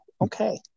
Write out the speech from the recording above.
okay